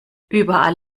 überall